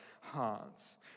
hearts